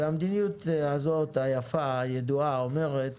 המדיניות הזאת, היפה, הידועה, אמרת